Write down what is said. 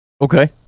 Okay